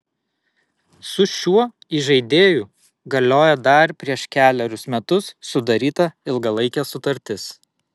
su šiuo įžaidėju galioja dar prieš kelerius metus sudaryta ilgalaikė sutartis